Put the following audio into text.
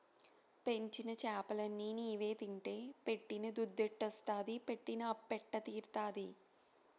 పెంచిన చేపలన్ని నీవే తింటే పెట్టిన దుద్దెట్టొస్తాది పెట్టిన అప్పెట్ట తీరతాది